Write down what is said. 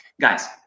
guys